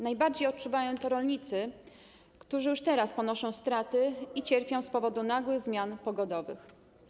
Najbardziej odczuwają to rolnicy, którzy już teraz ponoszą straty i cierpią z powodu nagłych zmian pogodowych.